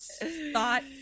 thought